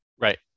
Right